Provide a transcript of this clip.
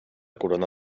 corona